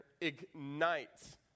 ignites